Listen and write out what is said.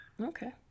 Okay